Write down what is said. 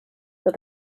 that